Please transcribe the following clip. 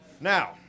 Now